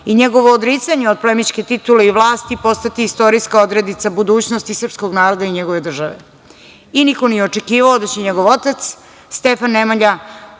i njegovo odricanje od plemićke titule i vlasti postati istorijska odrednica budućnosti srpskog naroda i njegove države. Niko nije očekivao da će njegov otac Stefan Nemanja,